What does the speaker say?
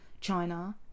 China